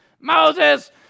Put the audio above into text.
Moses